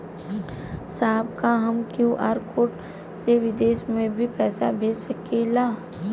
साहब का हम क्यू.आर कोड से बिदेश में भी पैसा भेज सकेला?